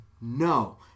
no